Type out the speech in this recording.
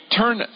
turn